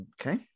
Okay